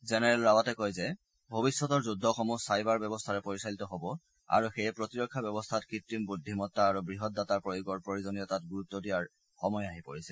general ৰাৱটে কয় যে ভৱিষ্যতৰ যুদ্ধসমূহ ছাইবাৰ ব্যৱস্থাৰে পৰিচালিত হ'ব আৰু সেয়ে প্ৰতিৰক্ষা ব্যৱস্থাত কৃত্ৰিম বুদ্ধিমত্তা আৰু বৃহৎ ডাটাৰ প্ৰয়োগৰ প্ৰয়োজনীয়তাত গুৰুত্ দিয়াৰ সময় আহি পৰিছে